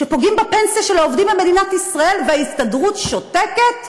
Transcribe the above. כשפוגעים בפנסיה של העובדים במדינת ישראל וההסתדרות שותקת,